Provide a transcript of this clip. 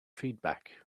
feedback